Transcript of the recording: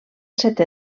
setè